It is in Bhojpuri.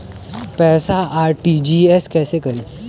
पैसा आर.टी.जी.एस कैसे करी?